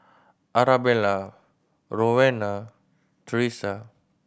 Arabella Rowena Theresa